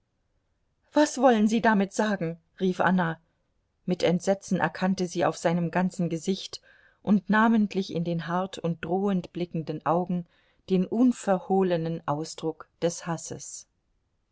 was wollen sie damit sagen rief anna mit entsetzen erkannte sie auf seinem ganzen gesicht und namentlich in den hart und drohend blickenden augen den unverhohlenen ausdruck des hasses